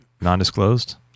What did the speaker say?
non-disclosed